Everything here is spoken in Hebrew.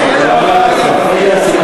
אני חושב שהוא רצה אפילו להשיב, אני אגלה לך סוד.